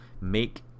Make